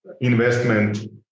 investment